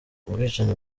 ubwicanyi